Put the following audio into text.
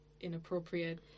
inappropriate